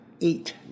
eight